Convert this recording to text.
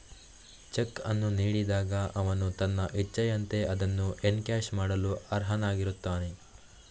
check ಅನ್ನು ನೀಡಿದಾಗ ಅವನು ತನ್ನ ಇಚ್ಛೆಯಂತೆ ಅದನ್ನು ಎನ್ಕ್ಯಾಶ್ ಮಾಡಲು ಅರ್ಹನಾಗಿರುತ್ತಾನೆ